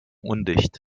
undicht